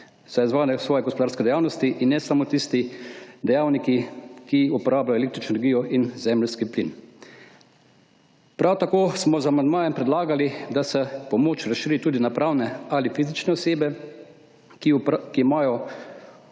za izvajanje svoje gospodarske dejavnosti in ne samo tisti dejavniki, ki uporabljajo električno energijo in zemeljski plin. Prav tako smo z amandmajem predlagali, da se pomoč razširi tudi na pravne ali fizične osebe, ki